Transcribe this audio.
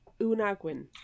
Unagwin